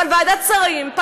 אבל ועדת שרים,